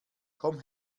komm